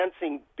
dancing